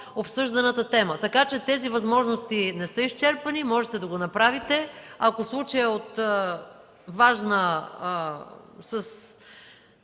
обсъжданата тема. Така че тези възможности не са изчерпани, можете да го направите. Ако случаят е с важна,